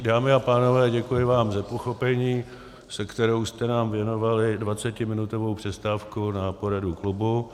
Dámy a pánové, děkuji vám za pochopení, se kterým jste nám věnovali dvacetiminutovou přestávku na poradu klubu.